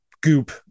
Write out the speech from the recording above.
goop